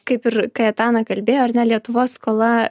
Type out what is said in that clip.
kaip ir kaetana kalbėjo ar ne lietuvos skola